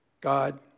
God